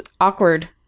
awkward